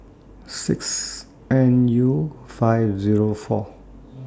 six N U five Zero four